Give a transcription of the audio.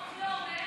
החוק לא אומר,